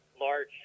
large